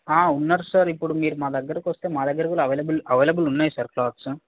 ఆ ఉన్నారు సార్ ఇప్పుడు మీరు మా దగ్గరకొస్తే మాదగ్గర కూడా అవైలబుల్ అవైలబుల్ ఉన్నాయి సార్ క్లాత్స్